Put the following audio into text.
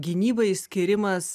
gynybai skirimas